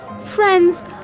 Friends